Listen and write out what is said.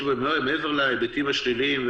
מעבר להיבטים השליליים,